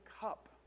cup